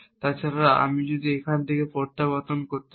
তাছাড়া আমি যদি এখান থেকে প্রত্যাবর্তন করতে চাই